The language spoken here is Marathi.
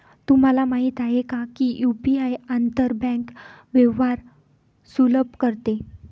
तुम्हाला माहित आहे का की यु.पी.आई आंतर बँक व्यवहार सुलभ करते?